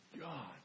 God